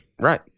Right